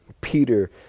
Peter